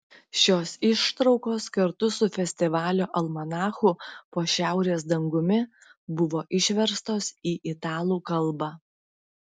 šios ištraukos kartu su festivalio almanachu po šiaurės dangumi buvo išverstos į italų kalbą